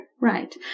right